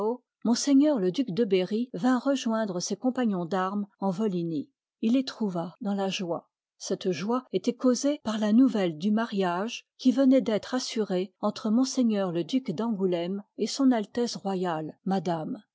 ms le duc de berry vint rejoindre ses compagnons d'armes en volhinie il les trouva dans la joie cette joie étoit causée parla nouvelle du mariage qui venoit d'être assurée entre më le duc d'angouléme et s a r madame